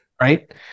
right